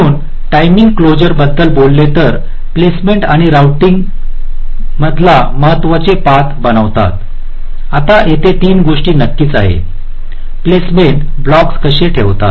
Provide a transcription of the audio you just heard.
म्हणून timing closure बद्दल बोलले तर प्लेसमेंट आणि रोऊटिंग महत्त्वाचे पाथ्स बनवतात आता येथे तीन गोष्टी नक्कीच आहेत प्लेसमेंट ब्लॉकस कसे ठेवावेत